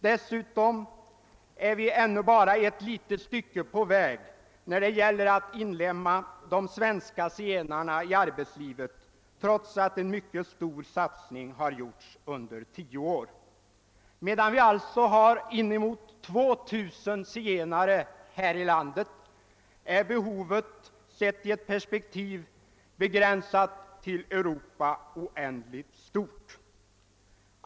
Vi är ännu också bara ett litet stycke på väg när det gäller att inlemma de svenska zigenarna i arbetslivet, och detta trots att en mycket stark satsning har gjorts under tio år. Samtidigt som det alltså finns inemot 2 000 zigenare i vårt land är behovet att få komma hit, sett i ett perspektiv begränsat till Europa, oändligt stort.